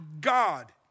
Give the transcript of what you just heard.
God